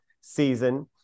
season